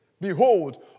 Behold